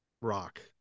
rock